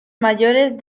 mayores